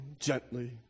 gently